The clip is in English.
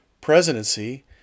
presidency